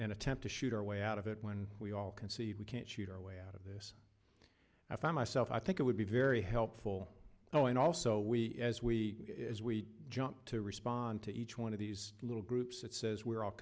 and attempt to shoot our way out of it when we all concede we can't shoot our way out of this i found myself i think it would be very helpful oh and also we as we as we jump to respond to each one of these little groups that says where al